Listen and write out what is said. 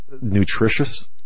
nutritious